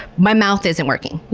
my mouth isn't working.